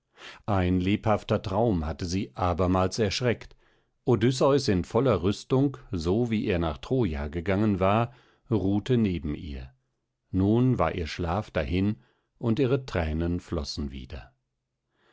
ein lebhafter traum hatte sie abermals erschreckt odysseus in voller rüstung so wie er nach troja gegangen war ruhte neben ihr nun war ihr schlaf dahin und ihre thränen flossen wieder